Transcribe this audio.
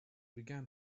began